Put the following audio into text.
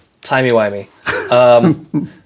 Timey-wimey